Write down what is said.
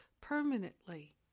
permanently